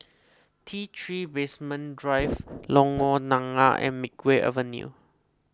T three Basement Drive Lorong Nangka and Makeway Avenue